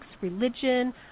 religion